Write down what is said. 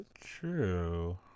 true